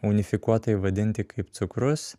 unifikuotai vadinti kaip cukrus